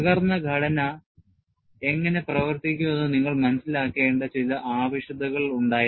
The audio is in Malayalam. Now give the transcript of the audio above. തകർന്ന ഘടന എങ്ങനെ പ്രവർത്തിക്കും എന്ന് നിങ്ങൾ മനസിലാക്കേണ്ട ചില ആവശ്യകതകൾ ഉണ്ടായിരുന്നു